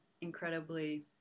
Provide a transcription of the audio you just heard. incredibly